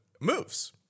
moves